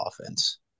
offense